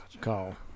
call